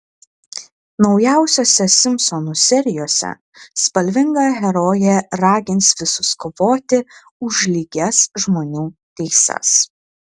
naujausiose simpsonų serijose spalvinga herojė ragins visus kovoti už lygias žmonių teises